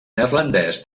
neerlandès